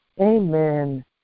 Amen